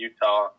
Utah